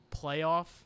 playoff